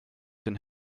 den